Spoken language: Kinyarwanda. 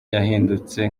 yahindutse